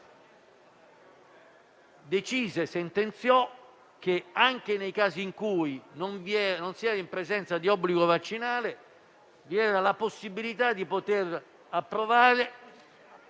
Corte sentenziò che, anche nei casi in cui non si era in presenza di obbligo vaccinale, vi era la possibilità di concedere